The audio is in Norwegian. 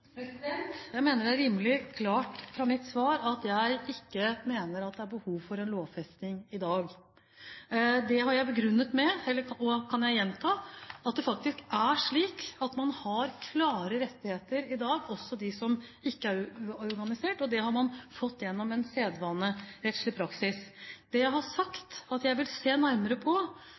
er rimelig klart ut fra mitt svar at jeg mener at det ikke er behov for en lovfesting i dag. Det har jeg begrunnet, men jeg kan gjenta det: Man har klare rettigheter i dag, det har også de som ikke er organisert, og det har man fått gjennom en sedvanerettslig praksis. Det jeg har sagt at jeg vil se nærmere på,